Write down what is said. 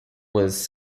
was